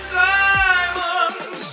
diamonds